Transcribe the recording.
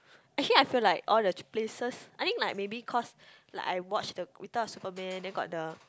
actually I feel like all the places I think like maybe cause like I watch the Return of the Superman then got the